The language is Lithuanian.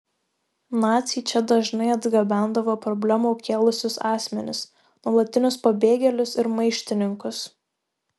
naciai čia dažnai atgabendavo problemų kėlusius asmenis nuolatinius pabėgėlius ir maištininkus